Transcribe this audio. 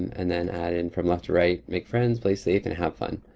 and then add in from left to right, make friends, play safe, and have fun.